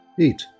Eat